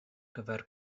gyfer